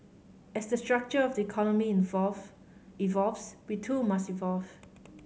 as the structure of the economy evolve evolves we too must evolve